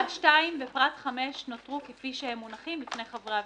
פרט 2 ופרט 5 נותרו כפי שהם מונחים בפני חברי הוועדה.